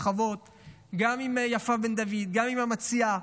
להגיע להבנות רחבות גם עם יפה בן דויד וגם עם המציעה,